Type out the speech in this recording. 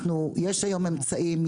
יש היום אמצעים,